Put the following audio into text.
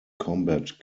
combat